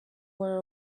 were